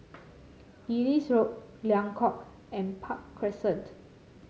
Ellis Road Liang Court and Park Crescent